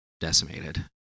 decimated